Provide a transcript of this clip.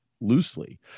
loosely